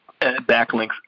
backlinks